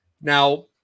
Now